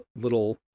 little